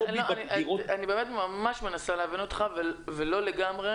אני ממש מנסה להבין אותך ולא לגמרי